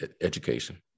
education